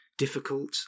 difficult